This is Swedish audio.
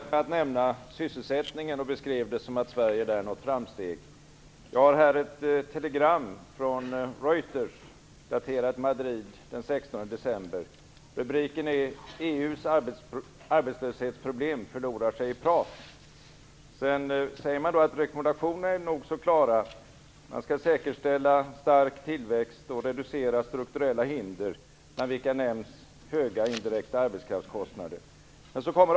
Fru talman! Statsministern började med att nämna sysselsättningen och beskrev att Sverige där nått framsteg. Men jag har här ett telegram från Reuter från Madrid den 16 december. Rubriken är EU:s arbetslöshetsproblem förlorar sig i prat. Man säger att rekommendationerna är nog så klara. Man skall säkerställa stark tillväxt och reducera strukturella hinder, bland vilka nämns höga indirekta arbetskraftskostnader.